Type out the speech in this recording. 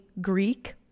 Greek